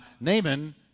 Naaman